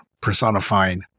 personifying